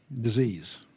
disease